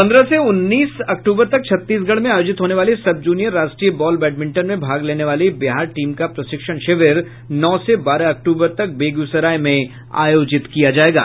पंद्रह से उन्नीस अक्टूबर तक छत्तीसगढ़ में आयोजित होने वाली सब जूनियर राष्ट्रीय बॉल बैडमिंटन में भाग लेनी वाली बिहार टीम का प्रशिक्षण शिविर नौ से बारह अक्टूबर तक बेगूसराय में आयोजित किया जायेगा